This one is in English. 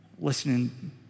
listening